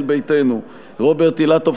ישראל ביתנו: רוברט אילטוב,